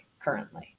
currently